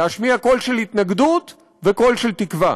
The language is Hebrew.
להשמיע קול של התנגדות וקול של תקווה.